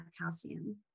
calcium